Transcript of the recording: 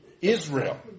Israel